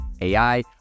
AI